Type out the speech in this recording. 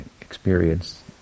experience